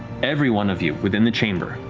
every one of you within the chamber